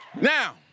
Now